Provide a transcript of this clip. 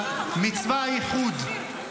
מצבא האיחוד.